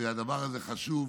והדבר הזה חשוב.